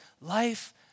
life